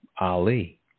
Ali